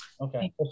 Okay